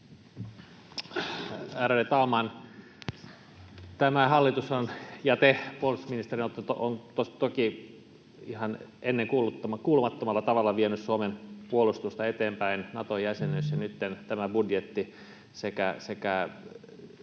Ärade talman! Tämä hallitus ja te, puolustusministeri, olette toki ihan ennenkuulumattomalla tavalla vieneet Suomen puolustusta eteenpäin. Nato-jäsenyys ja nytten tämä budjetti sekä